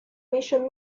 mission